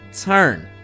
turn